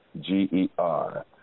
G-E-R